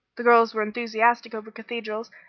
the girls were enthusiastic over cathedrals,